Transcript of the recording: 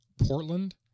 portland